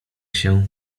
się